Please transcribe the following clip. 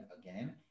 again